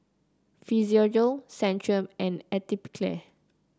Physiogel Centrum and Atopiclair